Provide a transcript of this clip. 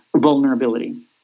Vulnerability